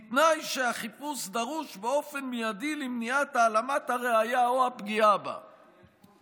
בתנאי שהחיפוש דרוש באופן מיידי למניעת העלמת הראיה או הפגיעה בה".